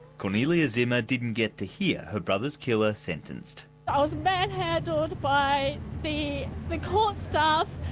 kornelia zimmer didn't get to hear her brother's killer sentenced. i was manhandled by the the court staff,